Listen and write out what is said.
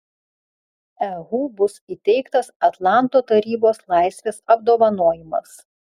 ehu bus įteiktas atlanto tarybos laisvės apdovanojimas